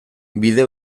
bide